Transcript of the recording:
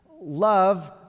Love